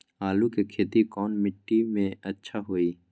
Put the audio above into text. आलु के खेती कौन मिट्टी में अच्छा होइ?